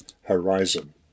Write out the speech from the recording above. horizon